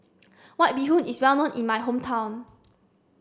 White Bee Hoon is well known in my hometown